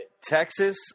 Texas